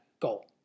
goal